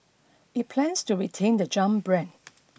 it plans to retain the Jump brand